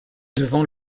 devant